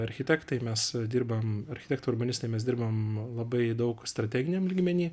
architektai mes dirbam architektai urbanistai mes dirbam labai daug strateginiam lygmeny